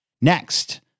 Next